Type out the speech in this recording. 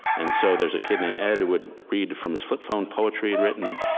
and so there's a kid named ed who would read from his flip phone poetry he'd written.